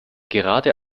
gerade